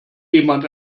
jemand